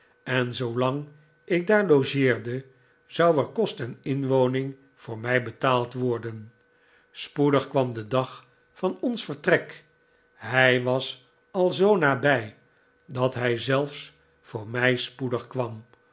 en zoolang ik daar logeerde zou er kost en inwoning voor mij betaald worden spoedig kwam de dag van ons vertrek hij was al zoo nabij dat hij zelfs voor mij spoedig kwam